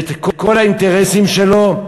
ואת כל האינטרסים שלו.